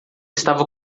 estava